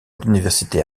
d’université